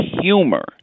humor